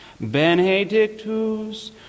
Benedictus